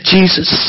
Jesus